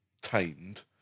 tamed